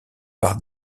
par